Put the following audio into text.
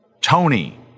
Tony